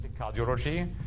Cardiology